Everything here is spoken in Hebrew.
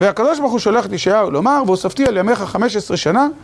והקב"ה שולח את ישעיהו לאמר: "והוספתי על ימיך חמש עשרה שנה"